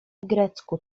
grecku